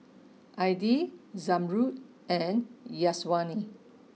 Aidil Zamrud and Syazwani